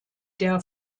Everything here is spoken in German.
der